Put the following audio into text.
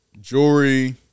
jewelry